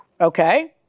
Okay